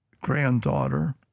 granddaughter